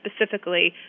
specifically